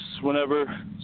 whenever